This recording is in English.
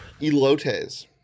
elotes